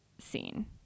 scene